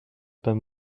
pas